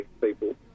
people